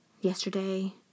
yesterday